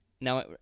Now